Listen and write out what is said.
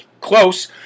close